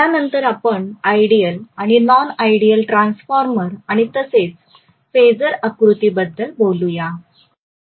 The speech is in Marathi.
यानंतर आपण आयडियल आणि नॉन आयडियल ट्रान्सफॉर्मर आणि तसेच फेझर आकृतीबद्दल बोलूय़ा